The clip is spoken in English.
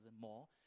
more